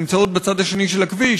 שנמצאות בצד השני של הכביש.